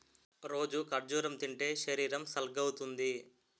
రోజూ ఖర్జూరం తింటే శరీరం సల్గవుతుంది